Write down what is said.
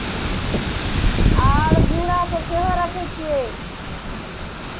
आर जूड़ासभ सेहो रखै छियै